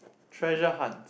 treasure hunt